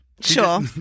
Sure